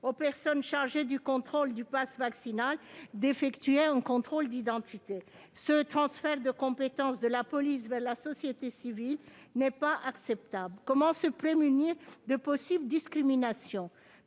aux personnes chargées du contrôle du passe vaccinal la possibilité d'effectuer un contrôle d'identité. Ce transfert de compétence de la police vers la société civile n'est pas acceptable. Comment se prémunir de possibles discriminations ?